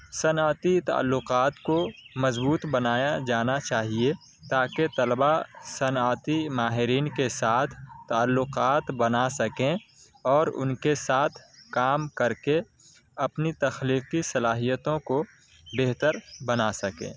صنعتی تعلقات کو مضبوط بنایا جانا چاہیے تاکہ طلبہ صنعتی ماہرین کے ساتھ تعلقات بنا سکیں اور ان کے ساتھ کام کر کے اپنی تخلیقی صلاحیتوں کو بہتر بنا سکیں